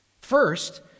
First